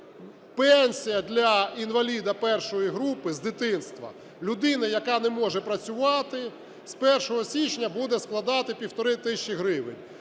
Пенсія для інваліда І групи з дитинства – людина, яка не може працювати, з 1 січня буде складати півтори тисячі гривень,